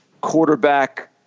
quarterback